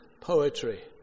Poetry